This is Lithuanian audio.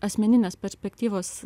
asmeninės perspektyvos